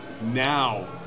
Now